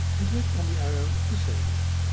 and click on the arrow to save it.